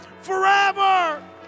forever